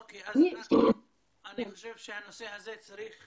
אוקיי, אני חושב שבנושא הזה צריך